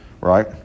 Right